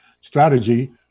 strategy